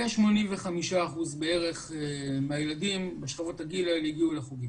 כ-85% בערך מהילדים בשכבות הגיל האלה הגיעו לחוגים.